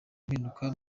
impinduka